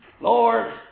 Lord